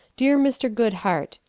dear mr. goodhart,